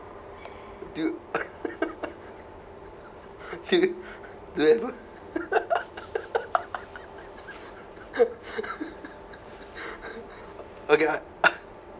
do do you do you have a okay I